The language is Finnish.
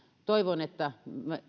toivon että